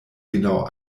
genau